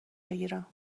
بگیرم